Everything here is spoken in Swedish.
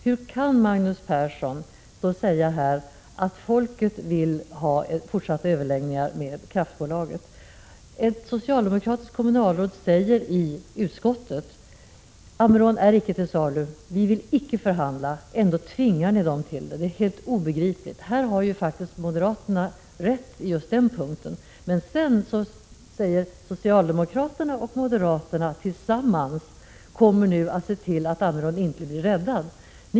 Hur kan Magnus Persson säga när det gäller Ammerån att folket vill ha fortsatta överläggningar med kraftbolaget? Ett socialdemokratiskt kommunalråd sade ju inför utskottet: Ammerån är icke till salu. Vi vill icke förhandla. — Ändå tvingar ni dem till det. Det är helt obegripligt. På just den punkten har ju faktiskt moderaterna rätt. Socialdemokraterna och moderaterna tillsammans kommer nu att se till att Ammerån inte blir räddad.